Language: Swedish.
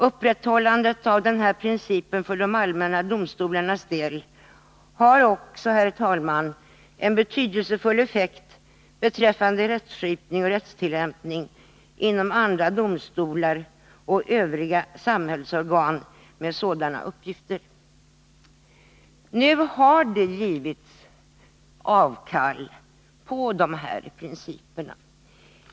Upprätthållandet av denna princip för de allmänna domstolarnas del har också, herr talman, en betydelsefull effekt beträffande rättsskipning och rättstillämpning inom andra domstolar och övriga samhällsorgan med sådana uppgifter. Nu har det givits avkall på denna princip.